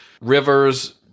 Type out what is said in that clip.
rivers